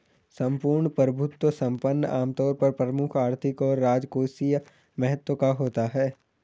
सम्पूर्ण प्रभुत्व संपन्न आमतौर पर प्रमुख आर्थिक और राजकोषीय महत्व का होता है